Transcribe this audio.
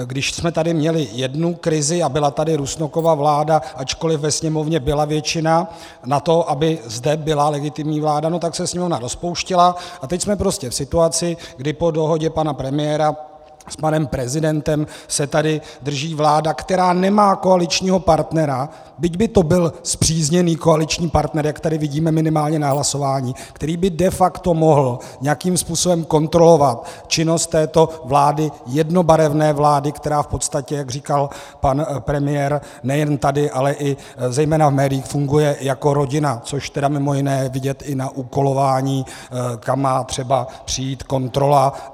Když jsme tady měli jednu krizi a byla tady Rusnokova vláda, ačkoliv ve Sněmovně byla většina na to, aby zde byla legitimní vláda, tak se Sněmovna rozpouštěla, a teď jsme prostě v situaci, kdy po dohodě pana premiéra s panem prezidentem se tady drží vláda, která nemá koaličního partnera, byť by to byl spřízněný koaliční partner, jak tady vidíme minimálně na hlasování, který by de facto mohl nějakým způsobem kontrolovat činnost této vlády, jednobarevné vlády, která v podstatě, jak říkal pan premiér nejenom tady, ale i zejména v médiích, funguje jako rodina, což tedy mimo jiné je vidět i na úkolování, kam má třeba přijít kontrola.